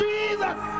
Jesus